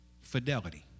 fidelity